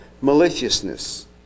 maliciousness